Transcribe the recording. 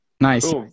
Nice